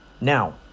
Now